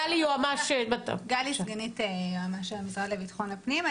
גלי, סגנית יועמ"ש המשרד לביטחון הפנים.